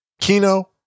Kino